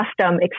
custom